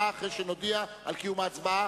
לכנסת,